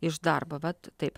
iš darbo vat taip